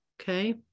Okay